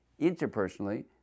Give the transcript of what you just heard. interpersonally